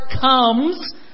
comes